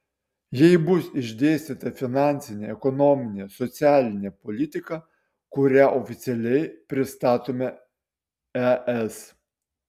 joje bus išdėstyta finansinė ekonominė socialinė politika kurią oficialiai pristatome es